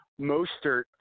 Mostert